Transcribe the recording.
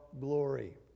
glory